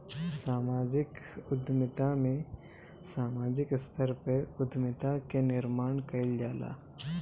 समाजिक उद्यमिता में सामाजिक स्तर पअ उद्यमिता कअ निर्माण कईल जाला